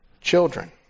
children